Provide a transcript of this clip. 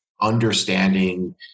understanding